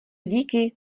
díky